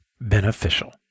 beneficial